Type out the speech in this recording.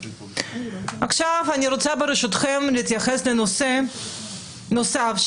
אני רוצה ברשותכם להתייחס לנושא נוסף.